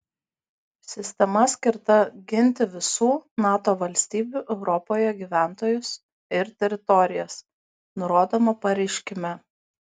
sistema skirta ginti visų nato valstybių europoje gyventojus ir teritorijas nurodoma pareiškime